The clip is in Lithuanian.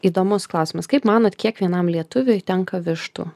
įdomus klausimas kaip manot kiek vienam lietuviui tenka vištų